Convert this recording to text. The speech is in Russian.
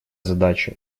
задача